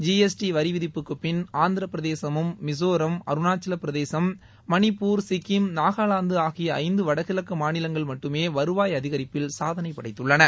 G S T வரிவிதிப்புக்கு பின் ஆந்திரபிரதேசமும் மிசோராம் அருணாச்சல் பிரதேசம் மணிப்பூர் சிக்கிம் நாகாவாந்து ஆகிய ஐந்து வடகிழக்கு மாநிலங்கள் மட்டுமே வருவாய் அதிகரிப்பில் சாதனை படைத்துள்ளன